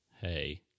Hey